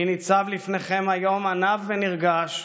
אני ניצב לפניכם היום עניו ונרגש,